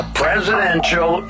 presidential